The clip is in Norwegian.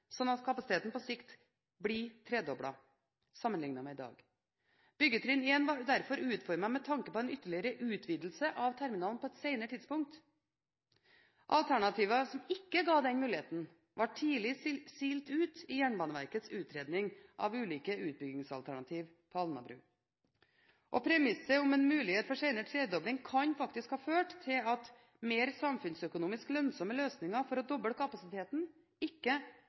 at kapasiteten på sikt blir tredoblet sammenlignet med i dag. Byggetrinn 1 var derfor utformet med tanke på en ytterligere utvidelse av terminalen på et senere tidspunkt. Alternativer som ikke ga denne muligheten, ble tidlig silt ut i Jernbaneverkets utredning av ulike utbyggingsalternativer på Alnabru. Premisset om en mulighet for senere tredobling kan faktisk ha ført til at mer samfunnsøkonomisk lønnsomme løsninger for å doble kapasiteten ikke